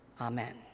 Amen